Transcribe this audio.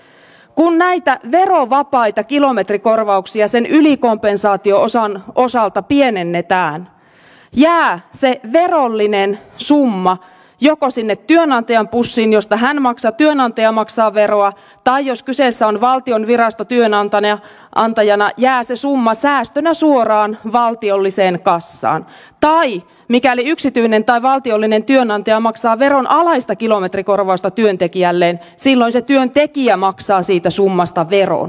kun näitä verovapaita kilometrikorvauksia sen ylikompensaatio osan osalta pienennetään jää se verollinen summa joko sinne työnantajan pussiin josta työnantaja maksaa veroa tai jos kyseessä on valtion virasto työnantajana jää se summa säästönä suoraan valtiolliseen kassaan tai mikäli yksityinen tai valtiollinen työnantaja maksaa veronalaista kilometrikorvausta työntekijälleen silloin se työntekijä maksaa siitä summasta veron